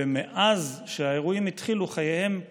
ומאז שהאירועים התחילו חייהם הפכו,